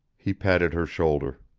he patted her shoulder.